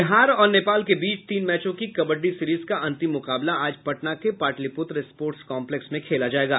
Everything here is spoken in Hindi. बिहार और नेपाल के बीच तीन मैचों की कबड्डी सीरीज का अंतिम मुकाबला आज पटना के पाटलीपुत्र स्पोटर्स कॉम्पलेक्स में खेला जायेगा